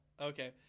okay